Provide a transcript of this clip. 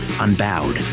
unbowed